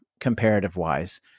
comparative-wise